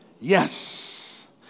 Yes